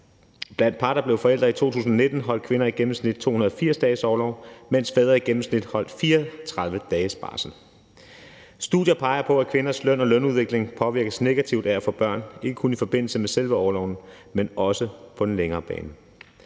Blandt par, der blev forældre i 2019, holdt kvinder i gennemsnit 280 dages orlov, mens fædre i gennemsnit holdt 34 dages barsel. Studier peger på, at kvinders løn og lønudvikling påvirkes negativt af at få børn, ikke kun i forbindelse med selve orloven, men også på den længere bane.